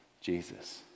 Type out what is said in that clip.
Jesus